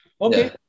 Okay